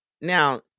now